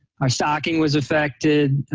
our stocking was affected.